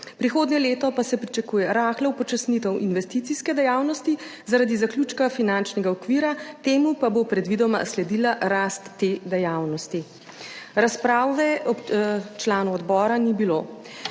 prihodnje leto pa se pričakuje rahla upočasnitev investicijske dejavnosti zaradi zaključka finančnega okvira, temu pa bo predvidoma sledila rast te dejavnosti. Razprave članov odbora ni 128.